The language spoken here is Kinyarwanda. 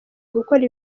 gukora